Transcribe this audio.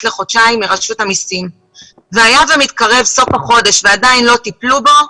לחודשיים והיה ומתקרב סוף החודש ועדיין לא טיפלו בו,